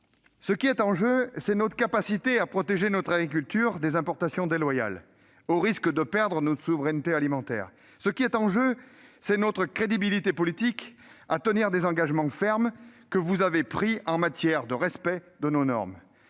Ce qui est en jeu, c'est notre capacité à protéger notre agriculture des importations déloyales, qui risquent de nous faire perdre notre souveraineté alimentaire. Ce qui est en jeu, c'est notre crédibilité politique à tenir des engagements fermes que vous avez pris en matière de respect de nos normes.